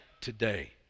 today